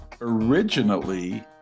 Originally